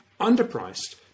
underpriced